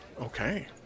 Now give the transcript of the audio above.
Okay